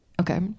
Okay